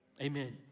Amen